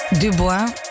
Dubois